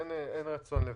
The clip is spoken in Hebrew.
אין רצון לבלבל.